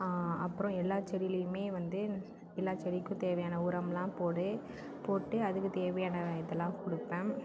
அப்புறம் எல்லா செடிலேயுமே வந்து எல்லா செடிக்கும் தேவையான உரமெலாம் போடு போட்டு அதுக்கு தேவையான இதெலாம் கொடுப்பேன்